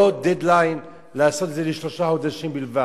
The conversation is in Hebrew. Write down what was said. לא "דד ליין", לעשות את זה לשלושה חודשים בלבד.